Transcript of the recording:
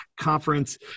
conference